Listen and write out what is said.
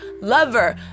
lover